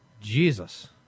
Jesus